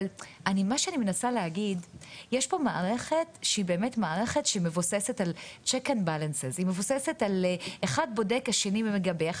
מה שאני מנסה להגיד זה שיש פה מערכת שהיא מבוססת על אחד בודק השני מגבה,